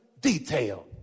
detail